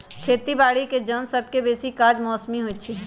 खेती बाड़ीके जन सभके बेशी काज मौसमी होइ छइ